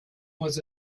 was